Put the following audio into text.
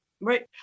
Right